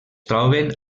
troben